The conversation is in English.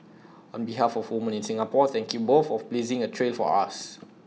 on behalf of women in Singapore thank you both for blazing A trail for us